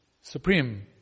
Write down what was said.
Supreme